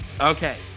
Okay